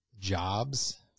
jobs